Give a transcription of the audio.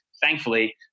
thankfully